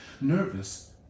nervous